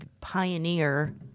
pioneer